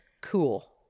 cool